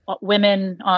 women